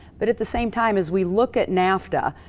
but, at the same time, as we look at nafta,